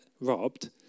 robbed